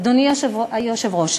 אדוני היושב-ראש,